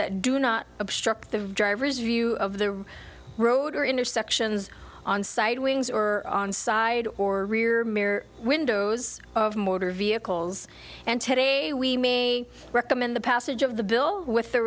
that do not obstruct the driver's view of the road or intersections on side wings or side or rear mirror windows of motor vehicles and today we may recommend the passage of the bill with or